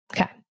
Okay